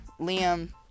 Liam